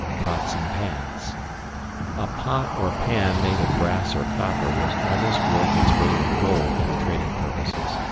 pots and pans a pot or pan made of brass or copper was almost worth its weight in gold for trading purposes.